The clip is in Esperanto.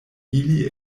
ili